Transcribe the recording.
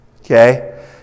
okay